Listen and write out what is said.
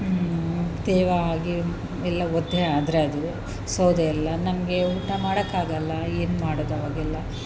ತೇವ ಆಗಿ ಎಲ್ಲ ಒದ್ದೆ ಆದರೆ ಅದು ಸೌದೆಯೆಲ್ಲ ನಮಗೆ ಊಟ ಮಾಡೋಕ್ಕಾಗಲ್ಲ ಏನು ಮಾಡೋದವಾಗೆಲ್ಲ